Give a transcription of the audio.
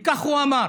וכך הוא אמר: